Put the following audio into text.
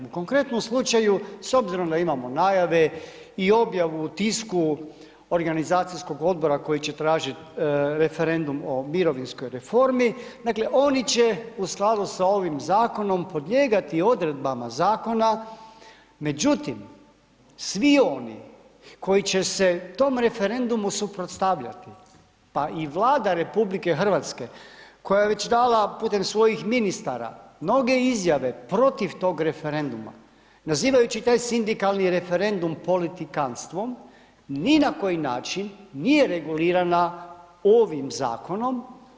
U konkretnom slučaju, s obzirom da imamo najave i objavu u tisku, organizacijskog odbora koji će tražiti referendum o mirovinskoj reformi, dakle, oni će u skladu sa ovim zakonom podlijegati odredbama zakona, međutim, svi oni koji će se tom referendumu suprotstavljati, pa i Vlada RH, koja je već dala putem svojih ministara mnoge izjave protiv tog referenduma, nazivajući taj sindikalni referendum politikantstvom, ni na koji način nije regulirana ovim zakonom.